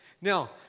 Now